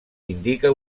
indica